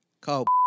Called